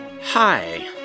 Hi